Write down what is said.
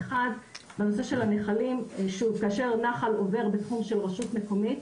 אחד בנושא של הנחלים שוב כאשר נחל עובר בתחום של רשות מקומית,